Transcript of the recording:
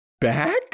back